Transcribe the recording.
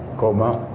coma,